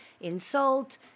insult